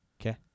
Okay